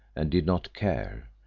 and did not care,